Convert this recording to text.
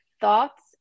thoughts